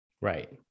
right